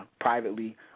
privately